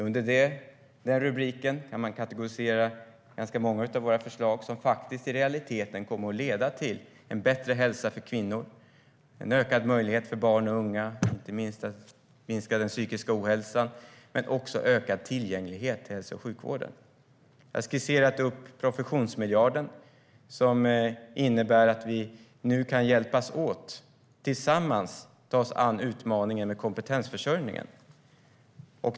Under denna rubrik kan man kategorisera ganska många av våra förslag som faktiskt i realiteten kommer att leda till en bättre hälsa för kvinnor, ökade möjligheter för barn och unga, inte minst att minska den psykiska ohälsan, men också ökad tillgänglighet i hälso och sjukvården. Jag har skisserat upp professionsmiljarden, som innebär att vi nu kan hjälpas åt och tillsammans ta oss an utmaningen med kompetensförsörjningen.